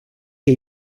que